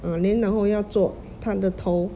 ah then 然后要做他的头